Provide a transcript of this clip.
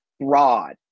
broad